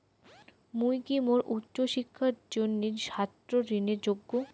মুই কি মোর উচ্চ শিক্ষার জিনে ছাত্র ঋণের যোগ্য?